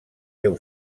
deu